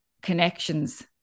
connections